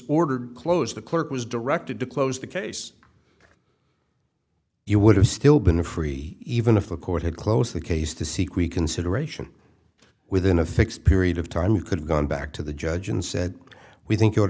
ordered closed the clerk was directed to close the case you would have still been free even if a court had closed the case to seek we consideration within a fixed period of time you could have gone back to the judge and said we think you ought to